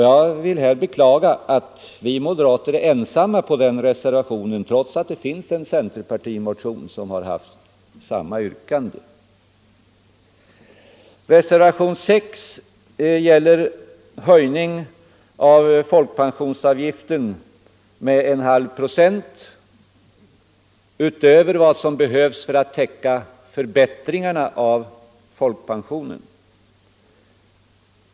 Jag beklagar att vi moderater är ensamma om den reservationen trots att det finns en centerpartimotion med samma yrkande. Reservationen 6 gäller förslaget om höjning av folkpensionsavgiften med en halv procent utöver vad som behövs för att täcka förbättringarna av folkpensionen.